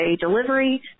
delivery